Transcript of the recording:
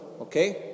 okay